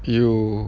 you